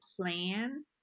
plan